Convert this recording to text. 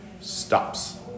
stops